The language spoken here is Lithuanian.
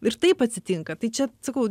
ir taip atsitinka tai čia sakau